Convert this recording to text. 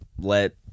Let